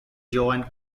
joan